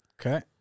Okay